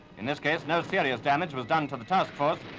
in this case, no serious damage was done to the task force.